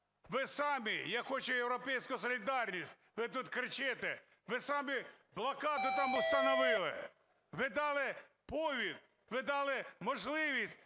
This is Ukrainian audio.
Ви самі… Я хочу "Європейську солідарність", ви тут кричите, ви самі блокаду там установили. Ви дали повод, ви дали можливість